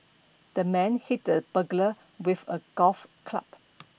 the man hit the burglar with a golf club